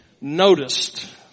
noticed